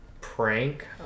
prank